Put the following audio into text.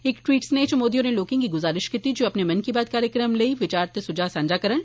इक टवीट् संदेस च मोदी होरें लोकें गी गुजारिश कीती ऐ जे ओह् मन की बात कार्यक्रम लेई अपने विचार ते सुझाऽ सांझे करन